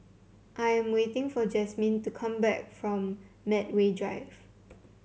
I am waiting for Jasmin to come back from Medway Drive